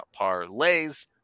parlays